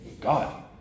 God